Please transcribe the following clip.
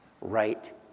Right